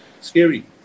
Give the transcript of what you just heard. Scary